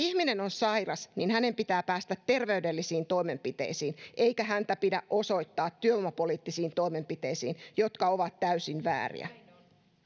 ihminen on sairas niin hänen pitää päästä terveydellisiin toimenpiteisiin eikä häntä pidä osoittaa työvoimapoliittisiin toimenpiteisiin jotka ovat täysin vääriä jos